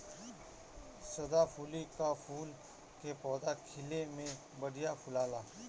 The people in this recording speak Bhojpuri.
सदाफुली कअ फूल के पौधा खिले में बढ़िया फुलाला